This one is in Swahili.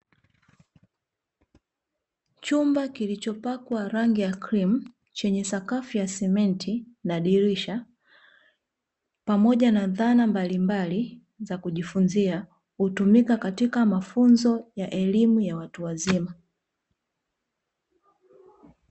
Chumba kilichopakwa rangi ya cream, chenye sakafu ya simenti na dirisha pamoja na dhana mbalimbali za kujifunzia, hutumika katika mafunzo ya elimu za watu wazima.